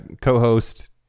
Co-host